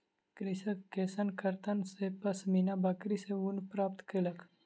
कृषक केशकर्तन सॅ पश्मीना बकरी सॅ ऊन प्राप्त केलक